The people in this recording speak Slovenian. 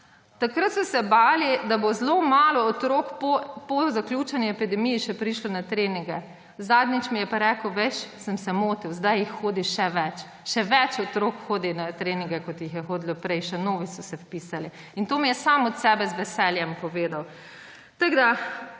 takrat bali, da bo po zaključeni epidemiji zelo malo otrok še prišlo na trening. Zadnjič mi je pa rekel: »Veš, sem se motil. Zdaj jih hodi še več. Še več otrok hodi na treninge, kot jih je hodilo prej, še novi so se vpisali!« In to mi je sam od sebe z veseljem povedal. Tako da